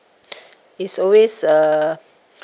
it's always uh